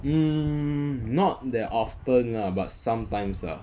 hmm not that often lah but sometimes lah